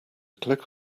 click